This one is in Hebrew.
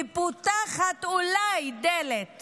ואולי פותחת דלת